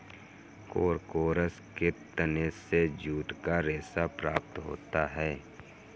Corchorus के तने से जूट का रेशा प्राप्त होता है